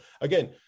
again